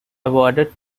awarded